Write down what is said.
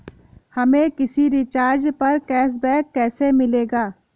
हमें किसी रिचार्ज पर कैशबैक कैसे मिलेगा?